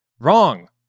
Wrong